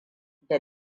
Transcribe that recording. da